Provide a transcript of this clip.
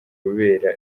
kubera